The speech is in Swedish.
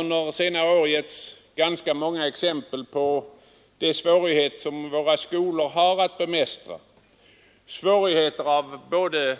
Under senare år har ganska många exempel givits på de svårigheter som våra skolor har att bemästra. Både